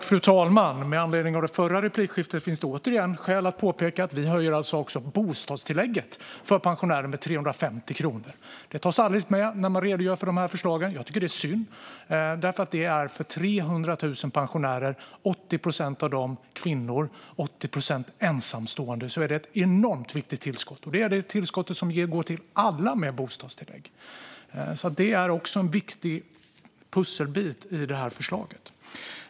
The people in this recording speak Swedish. Fru talman! Med anledning av det förra replikskiftet finns det återigen skäl att påpeka att vi också höjer bostadstillägget för pensionärer med 350 kronor. Det tas aldrig med när man redogör för dessa förslag. Jag tycker att det är synd. För 300 000 pensionärer - 80 procent av dem är kvinnor, 80 procent är ensamstående - är det nämligen ett enormt viktigt tillskott. Det är det tillskott som går till alla med bostadstillägg. Det är också en viktig pusselbit i det här förslaget.